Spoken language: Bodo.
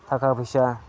थाखा फैसा